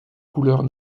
couleurs